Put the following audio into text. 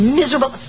miserable